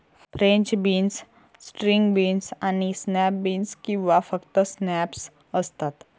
French beans, string beans आणि snap beans किंवा फक्त स्नॅप्स असतात